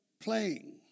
playing